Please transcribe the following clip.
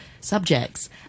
subjects